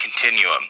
continuum